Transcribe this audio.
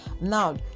now